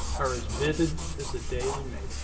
are as vivid as the day we made